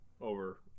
over